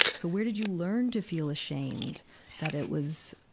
so where did you learn to feel ashamed that it was,